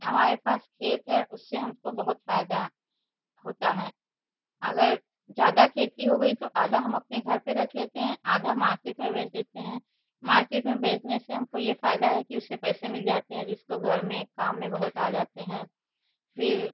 हमारे पास खेत है उससे हमको बहुत फ़ायदा होता है अगर ज़्यादा खेती हो गई तो आधा हम अपने घर पर रख लेते हैं आधा मार्केट में बेच देते हैं मार्केट में बेचने से हमको यह फ़ायदा है कि उससे पैसे मिल जाते हैं जिसको घर में काम में बहुत आ जाते हैं फिर